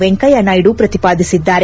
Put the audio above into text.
ವೆಂಕಯ್ಯ ನಾಯ್ಡು ಪ್ರತಿಪಾದಿಸಿದ್ದಾರೆ